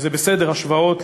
וזה בסדר, השוואות.